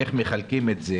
איך מחלקים את זה,